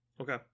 Okay